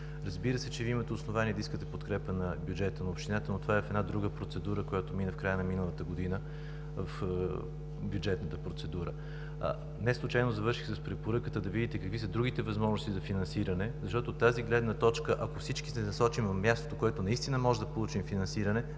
Разбира се, че Вие имате основание да искате подкрепа на бюджета на общината, но това е в една друга процедура, която мина в края на миналата година – в бюджетната процедура. Не случайно завърших с препоръката да видите какви са другите възможности за финансиране, защото от тази гледна точка, ако всички се насочим към мястото, от което наистина можем да получим финансиране,